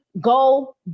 go